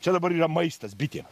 čia dabar yra maistas bitėm